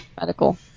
medical